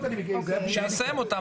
שנסיים אותם,